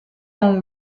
and